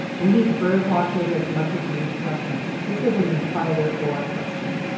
we need birdwatchers as much as we need duck hunters. this isn't an either or question.